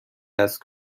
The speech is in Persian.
است